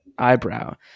Eyebrow